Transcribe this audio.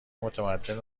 متمدن